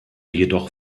jedoch